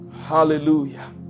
Hallelujah